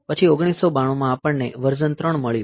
પછી 1992 માં આપણને વર્ઝન 3 મળ્યું